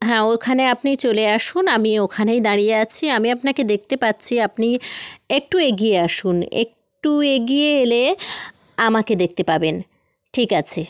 হ্যাঁ ওখানে আপনি চলে আসুন আমি ওখানেই দাঁড়িয়ে আছি আমি আপনাকে দেখতে পাচ্ছি আপনি একটু এগিয়ে আসুন একটু এগিয়ে এলে আমাকে দেখতে পাবেন ঠিক আছে